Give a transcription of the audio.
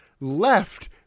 left